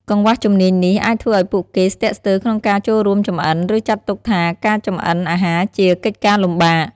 កង្វះជំនាញនេះអាចធ្វើឱ្យពួកគេស្ទាក់ស្ទើរក្នុងការចូលរួមចម្អិន ឬចាត់ទុកថាការចម្អិនអាហារជាកិច្ចការលំបាក ។